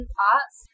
parts